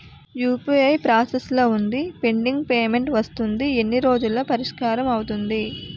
UPI process లో వుంది pending payment వస్తుంది ఎన్ని రోజుల్లో పరిష్కారం అవుతుంది